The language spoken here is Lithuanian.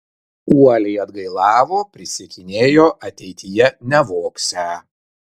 uoliai atgailavo prisiekinėjo ateityje nevogsią